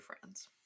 friends